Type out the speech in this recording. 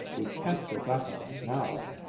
we can't go back on that now.